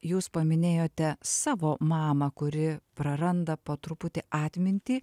jūs paminėjote savo mamą kuri praranda po truputį atmintį